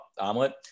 omelet